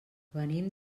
venim